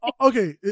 Okay